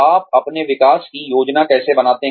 आप अपने निकास की योजना कैसे बनाते हैं